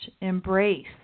embrace